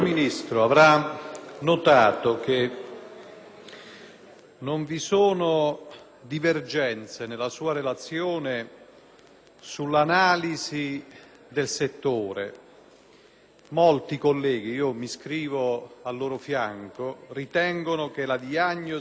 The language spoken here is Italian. non vi sono divergenze, rispetto alla sua relazione, sull'analisi del settore; molti colleghi, e mi iscrivo al loro fianco, ritengono che la diagnosi da lei messa in campo